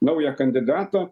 naują kandidatą